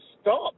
stop